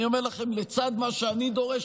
אני אומר לכם: לצד מה שאני דורש,